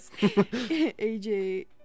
AJ